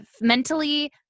mentally